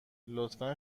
لطفا